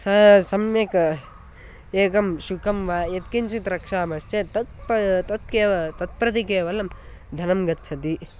सः सम्यक् एकं शुकं वा यत्किञ्चित् रक्षामश्चेत् तत् प्रति तत् तत् प्रति केवलं धनं गच्छति